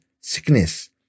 sickness